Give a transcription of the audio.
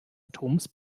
atoms